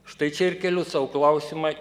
štai čia ir keliu sau klausimą